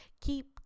Keep